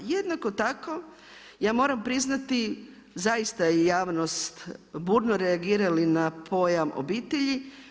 Jednako tako ja moram priznati zaista je javnost burno reagirala na pojam obitelji.